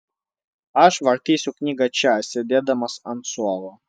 aš vartysiu knygą čia sėdėdamas ant suolo